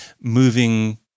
moving